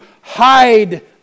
hide